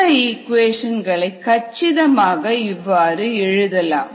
இந்த இக்குவேஷன் களை கச்சிதமாக இவ்வாறு எழுதலாம்